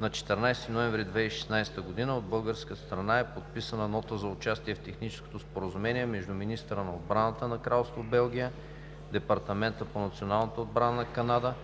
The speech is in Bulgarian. На 14 ноември 2016 г. от българска страна е подписана Нота за участие в Техническото споразумение между министъра на отбраната на Кралство Белгия, Департамента по националната отбрана на Канада,